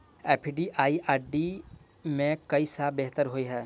FD आ RD मे केँ सा बेहतर होइ है?